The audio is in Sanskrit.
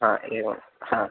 हा एवं हा